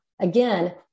again